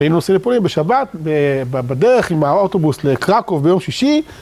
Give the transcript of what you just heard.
היינו נוסעים לפולין בשבת בדרך עם האוטובוס לקראקוב ביום שישי.